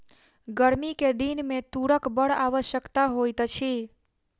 गर्मी के दिन में तूरक बड़ आवश्यकता होइत अछि